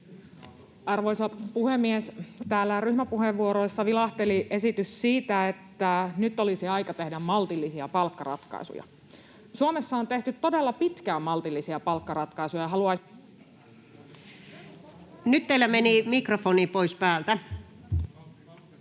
Arvoisa puhemies! Täällä ryhmäpuheenvuoroissa vilahteli esitys siitä, että nyt olisi aika tehdä maltillisia palkkaratkaisuja. Suomessa on tehty todella pitkään maltillisia palkkaratkaisuja, ja... [Puhujan mikrofoni sulkeutuu]